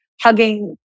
Hugging